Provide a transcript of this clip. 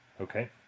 Okay